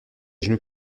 genoux